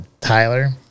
Tyler